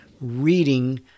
reading